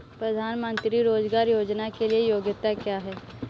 प्रधानमंत्री रोज़गार योजना के लिए योग्यता क्या है?